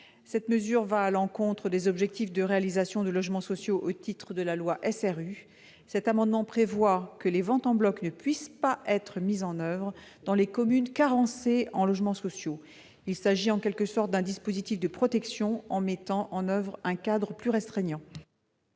Cette mesure va à l'encontre des objectifs de réalisation de logements sociaux prévus au titre de la loi SRU. Il convient donc de faire en sorte que les ventes en bloc ne puissent pas être mises en oeuvre dans les communes carencées en logements sociaux. Il s'agit en quelque sorte d'un dispositif de protection par l'élaboration d'un cadre plus restreignant.